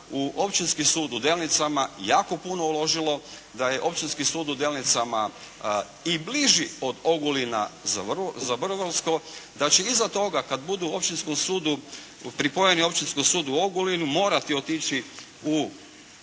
u Općinski sud u Delnicama jako puno uložilo, da je Općinski sud u Delnicama i bliži od Ogulina za Vrbovsko, da će iza toga kada budu općinskom sudu pripojeni Općinskom sudu u Ogulinu morati otići u